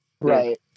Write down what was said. Right